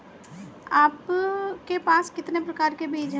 आपके पास कितने प्रकार के बीज हैं?